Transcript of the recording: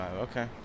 okay